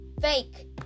fake